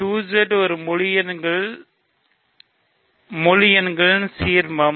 2Z முழு எண்களில் ஏன் சிம்மம்